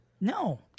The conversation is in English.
No